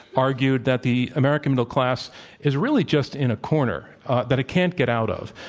argued that the american middleclass is really just in a corner that it can't get out of,